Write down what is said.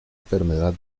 enfermedad